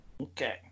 okay